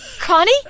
Connie